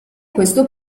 questo